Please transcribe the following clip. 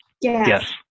Yes